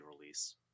release